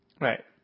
Right